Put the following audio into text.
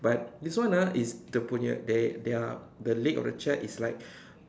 but this one ah is dia punya they their the leg of the chair is like